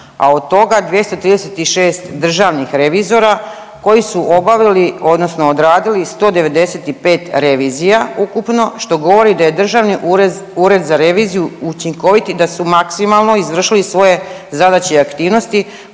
a od toga 236 državnih revizora koji su obavili, odnosno odradili 195 revizija ukupno što govori da je Državni ured za reviziju učinkovit i da su maksimalno izašli iz svoje zadaće i aktivnosti